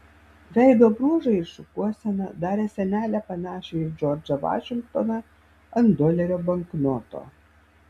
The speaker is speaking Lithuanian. veido bruožai ir šukuosena darė senelę panašią į džordžą vašingtoną ant dolerio banknoto